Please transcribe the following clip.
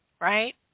right